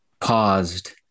paused